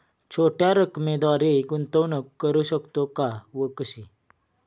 छोट्या रकमेद्वारे गुंतवणूक करू शकतो का व कशी?